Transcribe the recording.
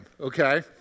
okay